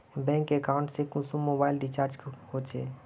Bank account से कुंसम mobile recharge होचे?